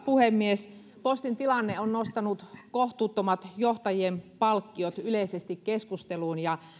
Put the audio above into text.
puhemies postin tilanne on nostanut kohtuuttomat johtajien palkkiot yleisesti keskusteluun